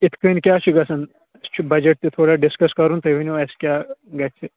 اِتھ کٔنۍ کیٛاہ چھُ گژھان چھُ بَجٹ تہِ تھوڑا ڈِسکَس کَرُن تُہۍ ؤنِو اَسہِ کیٛاہ گژھِ